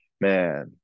man